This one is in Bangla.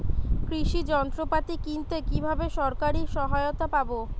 কৃষি যন্ত্রপাতি কিনতে কিভাবে সরকারী সহায়তা পাব?